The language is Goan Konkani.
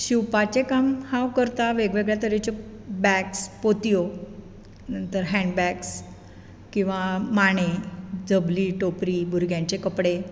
शिवपाचें काम हांव करतां वेग वेगळ्या तरेच्यो बॅग्स पोत्यो हॅन्ड बॅग्स किवा माणे जबली टोपरी भुरग्यांचे कपडे